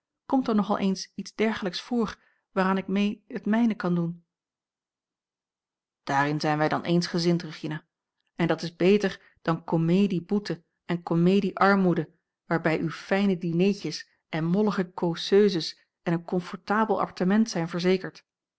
komt er nogal eens iets dergelijks voor waaraan ik mee het mijne kan doen daarin zijn wij dan eensgezind regina en dat is beter dan comedie boete en comedie armoede waarbij u fijne dineetjes en mollige causeuses en een comfortable appartement zijn verzekerd